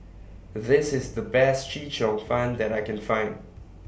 This IS The Best Chee Cheong Fun that I Can Find